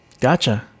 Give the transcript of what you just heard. Gotcha